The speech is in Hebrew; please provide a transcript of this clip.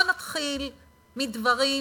בואו נתחיל מדברים בסיסיים.